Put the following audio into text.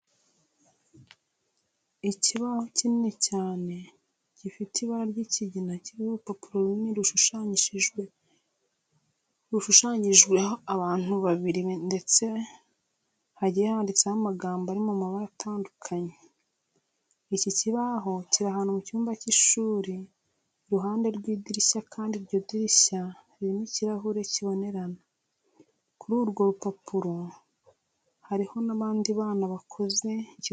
Ikibaho kinini cyane gifite ibara ry'ikigina kiriho urupapuro runini rushushanyijeho abantu babiri ndetse hagiye handitseho amagambo ari mu mabara atandukanye. Iki kibaho kiri ahantu mu cyumba cy'ishuri iruhande rw'idirishya kandi iryo dirishya ririmo ikirahuri kibonerana. Kuri urwo rupapuro hariho n'abandi bana bakoze ikizeru.